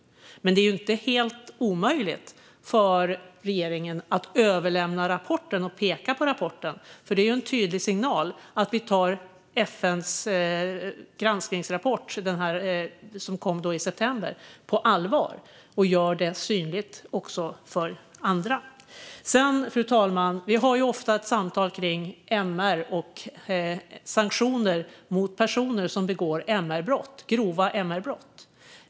Det är inte helt omöjligt för regeringen att överlämna rapporten och peka på rapporten. Det är en tydlig signal att vi tar FN:s granskningsrapport som kom i september på allvar och också gör detta synligt för andra. Fru talman! Vi har ofta ett samtal om MR och sanktioner mot personer som begår grova MR-brott.